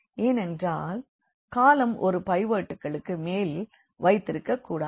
ஏனென்றால் காலம் ஒரு பைவோட்களுக்கு மேல் வைத்திருக்க கூடாது